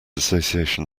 association